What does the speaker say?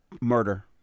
murder